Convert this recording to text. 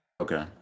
Okay